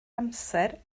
amser